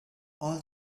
all